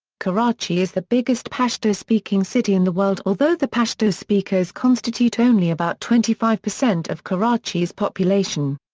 karachi is the biggest pashto speaking city in the world although the pashto speakers constitute only about twenty five percent of karachi's population.